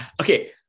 Okay